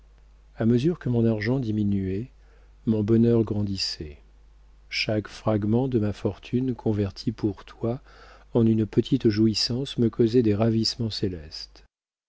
a mesure que mon argent diminuait mon bonheur grandissait chaque fragment de ma fortune converti pour toi en une petite jouissance me causait des ravissements célestes